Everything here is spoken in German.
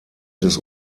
des